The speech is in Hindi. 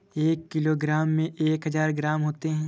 एक किलोग्राम में एक हजार ग्राम होते हैं